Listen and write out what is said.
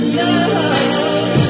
love